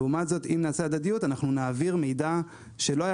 לעומת זאת אם נעשה הדדיות אנחנו נעביר מידע שלא היה